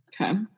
Okay